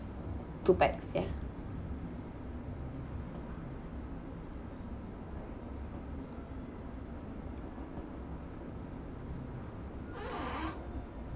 two pax ya